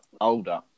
older